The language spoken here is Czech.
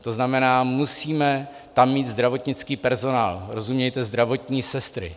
To znamená, musíme tam mít zdravotnický personál, rozumějte zdravotní sestry.